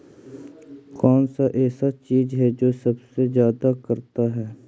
कौन सा ऐसा चीज है जो सबसे ज्यादा करता है?